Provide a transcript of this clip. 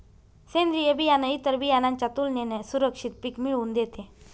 सेंद्रीय बियाणं इतर बियाणांच्या तुलनेने सुरक्षित पिक मिळवून देते